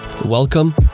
Welcome